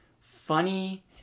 funny